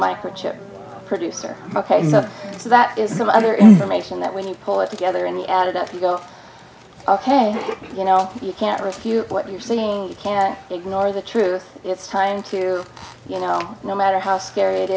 microchip producer ok so that is some other information that when you pull it together in the out of that you go ok you know you can't refute what you're saying you can't ignore the truth it's time to you know no matter how scary it